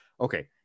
okay